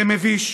זה מביש.